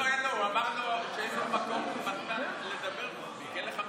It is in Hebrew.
הוא אמר לו שאין לו מה לדבר, אין לך מילים.